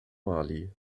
mali